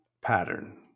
pattern